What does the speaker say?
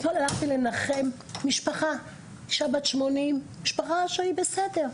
אתמול הלכתי לנחם משפחה, משפחה שהיא בסדר,